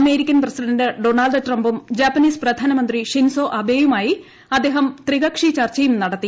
American president Donald ട്രംപും Japanese പ്രധാനമന്ത്രി Shinzo ആബേയുമായി അദ്ദേഹം ത്രികക്ഷി ചർച്ചയും നടത്തി